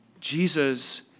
Jesus